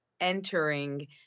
entering